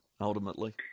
ultimately